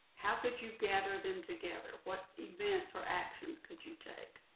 how could you gather them together? what events or actions could you take?